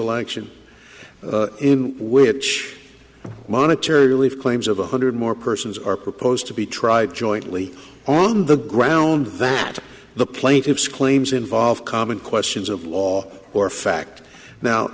action in which monetary relief claims of one hundred more persons are proposed to be tried jointly on the ground that the plaintiffs claims involve common questions of law or fact now